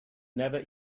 never